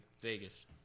Vegas